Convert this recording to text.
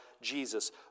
Jesus